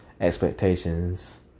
expectations